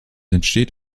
entsteht